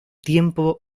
tiempo